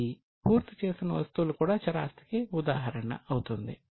మళ్ళీ పూర్తి చేసిన వస్తువులు కూడా చర ఆస్తికి ఉదాహరణ అవుతుంది